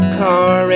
car